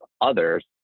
others